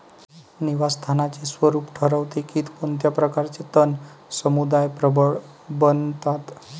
निवास स्थानाचे स्वरूप ठरवते की कोणत्या प्रकारचे तण समुदाय प्रबळ बनतात